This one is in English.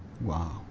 Wow